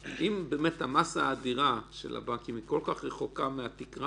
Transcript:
המסה האדירה של הבנקים כל כך רחוקה מהתקרה